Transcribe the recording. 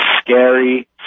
scary